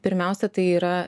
pirmiausia tai yra